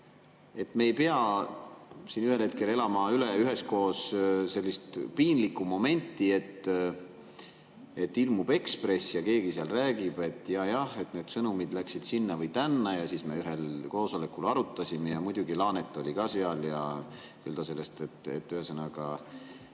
me ei pea siin ühel hetkel elama üle üheskoos sellist piinlikku momenti, et ilmub Eesti Ekspress ja keegi seal räägib, et jaa-jah, need sõnumid läksid sinna või tänna ja siis me ühel koosolekul arutasime ja muidugi Laanet oli ka seal ja küll ta sellest … Ühesõnaga,